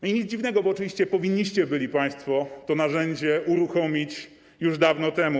I nic dziwnego, bo oczywiście powinniście byli państwo to narzędzie uruchomić już dawno temu.